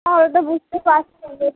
তাহলে তো বুঝতে পারছেন যে